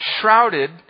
shrouded